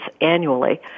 annually